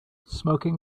smoking